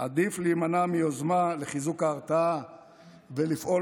עדיף להימנע מיוזמה לחיזוק ההרתעה ולפעול